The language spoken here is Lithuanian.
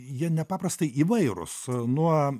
jie nepaprastai įvairūs nuo